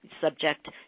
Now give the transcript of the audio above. subject